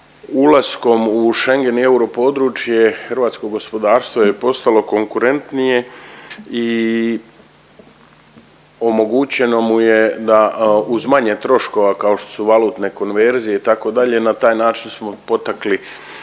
Ulaskom u Schengen i europodručje hrvatsko gospodarstvo je postalo konkurentnije i omogućeno mu je da uz manje troškova kao što su valutne konverzije, itd., na taj način smo potakli